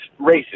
racist